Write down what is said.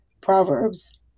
Proverbs